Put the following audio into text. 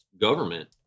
government